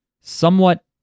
somewhat